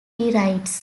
rewrites